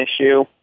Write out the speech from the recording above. issue